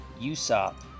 Usopp